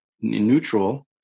neutral